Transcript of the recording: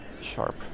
sharp